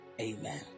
Amen